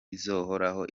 izahoraho